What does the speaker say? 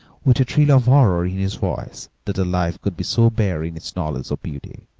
with a thrill of horror in his voice that a life could be so bare in its knowledge of beauty.